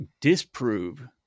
disprove